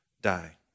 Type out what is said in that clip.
die